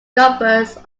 golfers